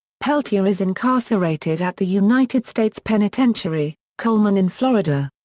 peltier is incarcerated at the united states penitentiary, coleman in florida.